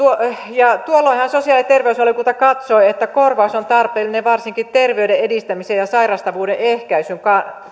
tuolloinhan sosiaali ja terveysvaliokunta katsoi että korvaus on tarpeellinen varsinkin terveyden edistämisen ja sairastavuuden ehkäisyn